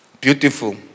Beautiful